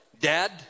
Dad